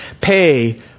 pay